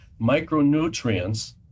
micronutrients